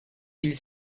mille